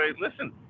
listen